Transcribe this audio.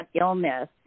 illness